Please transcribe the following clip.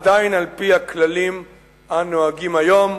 עדיין על-פי הכללים הנוהגים היום,